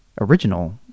original